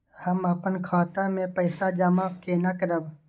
हम अपन खाता मे पैसा जमा केना करब?